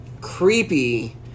creepy